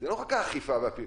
זה לא רק האכיפה והכלי,